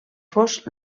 fos